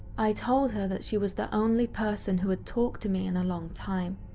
i told her that she was the only person who had talked to me in a long time.